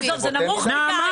עזוב, זה נמוך מדי.